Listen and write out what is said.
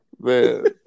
Man